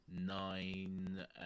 nine